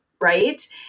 right